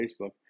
Facebook